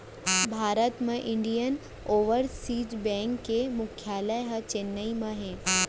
भारत म इंडियन ओवरसीज़ बेंक के मुख्यालय ह चेन्नई म हे